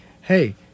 hey